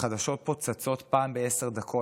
החדשות פה צצות פעם בעשר דקות.